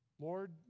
Lord